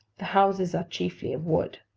the houses are chiefly of wood.